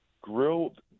Grilled